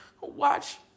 watch